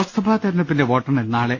ലോക്സഭാ തെരഞ്ഞെടുപ്പിന്റെ വോട്ടെണ്ണൽ നാളെ